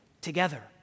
together